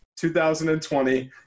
2020